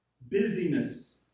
Busyness